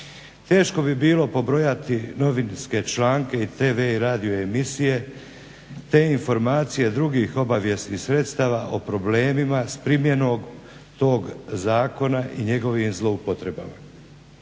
Teško bi bilo pobrojati novinske članke i tv i radio emisije te informacije drugih obavjesnih sredstava o problemima s primjenom tog zakona i njegovim zloupotrebama.